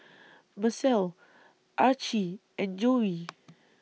Macel Archie and Joe